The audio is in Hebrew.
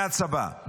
מהצבא,